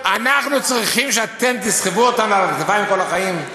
אנחנו צריכים שאתם תסחבו אותנו על הכתפיים כל החיים?